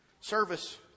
Service